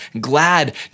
glad